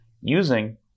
using